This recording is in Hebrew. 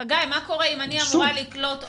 מה קורה אם אני רוצה לקלוט עובד.